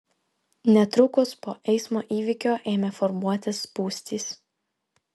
netrukus po eismo įvykio ėmė formuotis spūstys